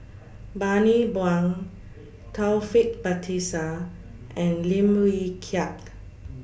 Bani Buang Taufik Batisah and Lim Wee Kiak